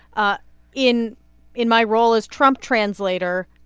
ah in in my role as trump translator,